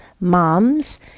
moms